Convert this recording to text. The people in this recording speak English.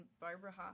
Barbara